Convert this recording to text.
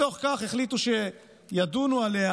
בתוך כך החליטו שידונו עליה